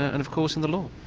ah and of course in the law.